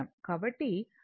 కాబట్టి ఇక్కడ vR i R